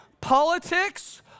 Politics